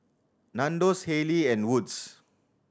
Nandos Haylee and Wood's